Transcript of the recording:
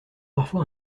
parfois